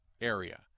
area